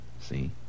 see